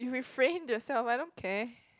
you referring to yourself I don't care